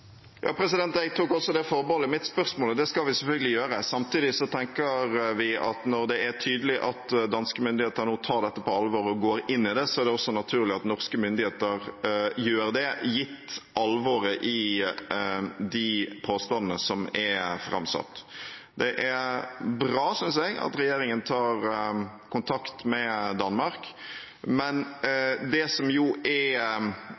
Jeg tok også det forbeholdet i mitt spørsmål. Det skal vi selvfølgelig gjøre. Samtidig tenker vi at når det er tydelig at danske myndigheter nå tar dette på alvor og går inn i det, er det også naturlig at norske myndigheter gjør det, gitt alvoret i de påstandene som er framsatt. Det er bra, synes jeg, at regjeringen tar kontakt med Danmark, men det som er